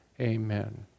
Amen